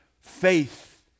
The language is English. faith